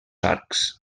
arcs